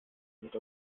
wird